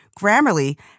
Grammarly